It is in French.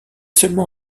seulement